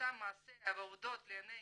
ומפורסם מעשיה והעובדות לעיני